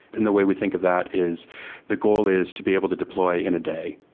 and the way we think of that is the goal is to be able to deploy in a day,